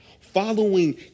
Following